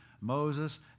Moses